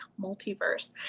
multiverse